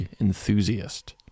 enthusiast